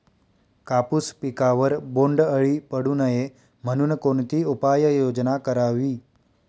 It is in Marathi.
कापूस पिकावर बोंडअळी पडू नये म्हणून कोणती उपाययोजना करावी?